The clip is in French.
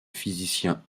physicien